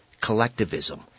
collectivism